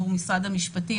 עבור משרד המשפטים,